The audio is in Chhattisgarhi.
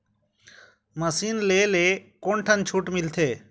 मशीन ले ले कोन ठन छूट मिलथे?